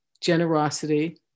generosity